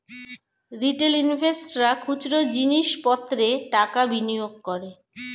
retail ইনভেস্টর্সরা খুচরো জিনিস পত্রে টাকা বিনিয়োগ করে